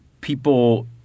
People